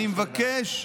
אני מבקש,